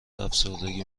افسردگی